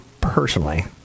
personally